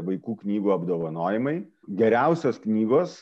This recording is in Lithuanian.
vaikų knygų apdovanojimai geriausios knygos